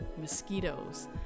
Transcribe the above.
mosquitoes